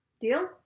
Deal